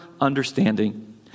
understanding